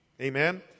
Amen